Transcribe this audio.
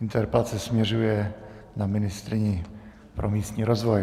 Interpelace směřuje na ministryni pro místní rozvoj.